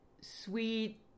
sweet